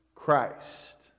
Christ